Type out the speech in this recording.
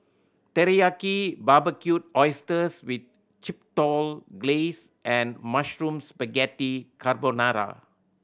Teriyaki Barbecued Oysters with Chipotle Glaze and Mushroom Spaghetti Carbonara